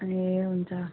ए हुन्छ